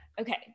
Okay